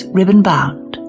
ribbon-bound